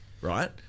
right